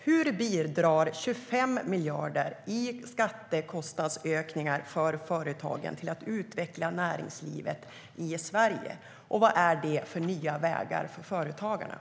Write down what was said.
Hur bidrar 25 miljarder i skattekostnadsökningar för företagen till att utveckla näringslivet i Sverige, och vad är det för nya vägar för företagarna?